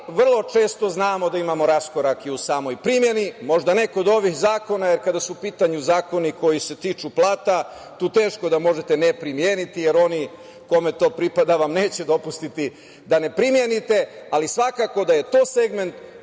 vrlo često znamo da imamo raskorak i u samoj primeni, možda ne kod ovih zakona, jer kada su u pitanju zakoni koji se tiču plata, tu teško da možete ne primeniti, jer oni kome to pripada vam neće dopustiti da ne primenite. Ali, svakako da je to segment